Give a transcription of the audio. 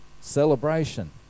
celebration